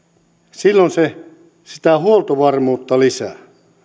silloin se sitä huoltovarmuutta lisää